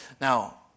Now